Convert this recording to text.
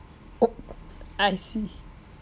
oh I see